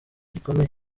rikomeye